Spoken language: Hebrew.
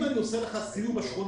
אם אני עושה לך סיור בשכונות,